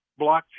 blockchain